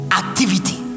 activity